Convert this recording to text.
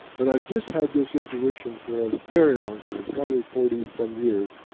but i've just had this intuition for a very long time, probably forty some years,